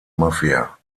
mafia